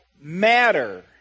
matter